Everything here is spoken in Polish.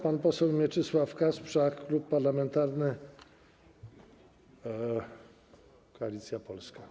Pan poseł Mieczysław Kasprzak, Klub Parlamentarny Koalicja Polska.